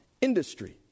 industry